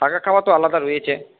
থাকা খাওয়া তো আলাদা রয়েছে